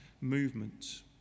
movement